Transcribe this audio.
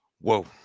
Whoa